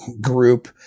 group